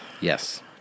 Yes